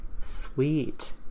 Sweet